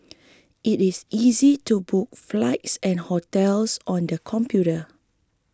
it is easy to book flights and hotels on the computer